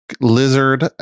Lizard